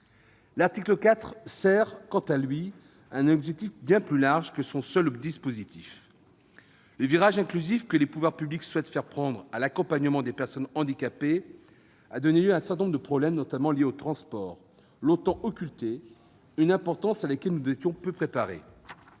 L'article 4 sert, quant à lui, un objectif bien plus large que son seul dispositif. Le virage inclusif que les pouvoirs publics souhaitent faire prendre à l'accompagnement des personnes handicapées a donné au problème de leurs transports, longtemps occulté, une importance à laquelle nous étions peu préparés.